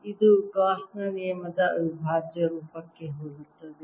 ಇದು ಗಾಸ್ ನ ನಿಯಮದ ಅವಿಭಾಜ್ಯ ರೂಪಕ್ಕೆ ಹೋಲುತ್ತದೆ